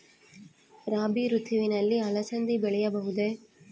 ರಾಭಿ ಋತುವಿನಲ್ಲಿ ಅಲಸಂದಿ ಬೆಳೆಯಬಹುದೆ?